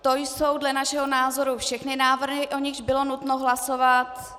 To jsou dle našeho názoru všechny návrhy, o nichž bylo nutno hlasovat.